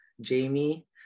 Jamie